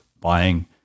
buying